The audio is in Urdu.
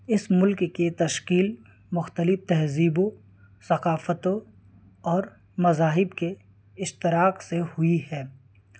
اس ملک کی تشکیل مختلف تہذیبوں ثقافتوں اور مذاہب کے اشتراک سے ہوئی ہے